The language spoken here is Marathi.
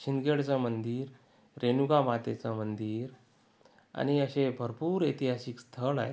शिनगेवाडीचं मंदिर रेणुकामातेचं मंदिर आणि असे भरपूर ऐतिहासिक स्थळ आहेत